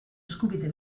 eskubide